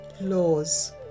laws